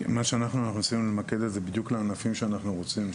אנחנו רצינו למקד את זה בדיוק לענפים שאנחנו רוצים,